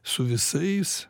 su visais